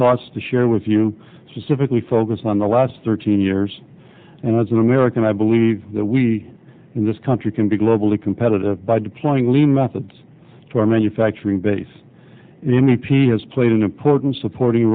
thoughts to share with you specifically focused on the last thirteen years and as an american i believe that we in this country can be globally competitive by deploying lean methods to our manufacturing base in e p has played a put in a supporting